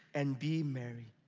and be merry.